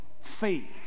faith